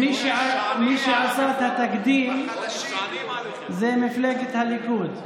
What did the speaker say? מי שעשה את התקדים זה מפלגת הליכוד.